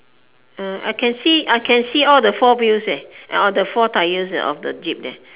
uh I can see I can see all the four wheels eh or the four tires of the jeep leh